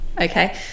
Okay